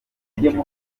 byinshi